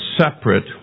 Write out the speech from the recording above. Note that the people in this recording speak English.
separate